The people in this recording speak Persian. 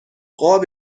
قاب